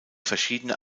verschiedene